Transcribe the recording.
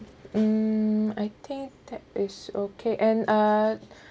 mm I think that is okay and uh